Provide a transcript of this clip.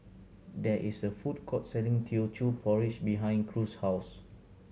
there is a food court selling Teochew Porridge behind Cruz's house